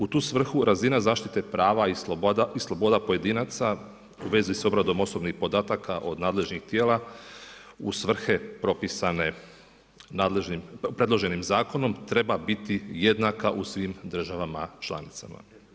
U tu svrhu razina zaštite prava i sloboda pojedinaca u vezi sa obradom osobnih podataka od nadležnih tijela u svrhe propisane predloženim zakonom, treba biti jednaka u svim državama članicama.